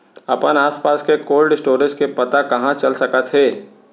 अपन आसपास के कोल्ड स्टोरेज के पता कहाँ चल सकत हे?